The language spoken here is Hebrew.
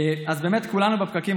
אז, באמת כולנו בפקקים.